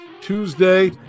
Tuesday